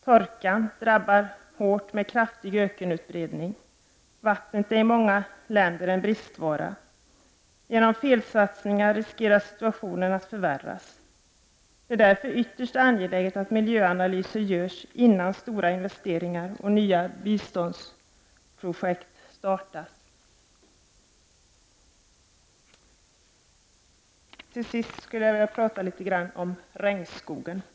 Torkan drabbar hårt med kraftig ökenutbredning som följd. Vatten är i många länder en bristvara. Genom felsatsningar riskerar situationen att förvärras. Det är därför ytterst angeläget att miljöanalyser görs, innan stora investeringar och nya biståndsprojekt startas. Till sist skulle jag vilja tala litet om regnskogen.